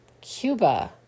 Cuba